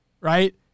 right